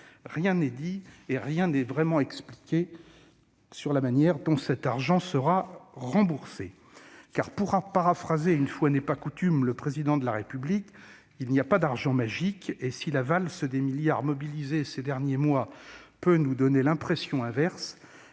intéressants, rien n'est vraiment expliqué sur la manière dont cet argent sera remboursé. Pour paraphraser- une fois n'est pas coutume -le Président de la République, il n'y a pas d'« argent magique ». Si la valse des milliards d'euros mobilisés ces derniers mois peut nous donner l'impression inverse,